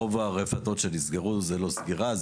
רוב הרפתות שנסגרו זו לא סגירה,